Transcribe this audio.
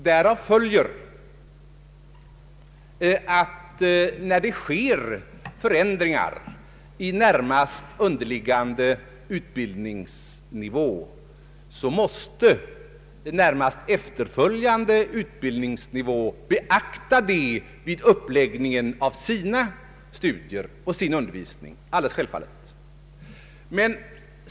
Därav följer att när det sker förändringar på närmast underliggande utbildningsnivå måste självfallet universiteten för närmast efterföljande utbildningsnivå beakta dessa förändringar vid uppläggningen av undervisningen på den nivån.